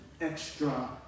extra